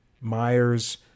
Myers